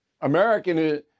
American